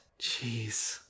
Jeez